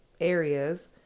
Areas